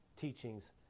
teachings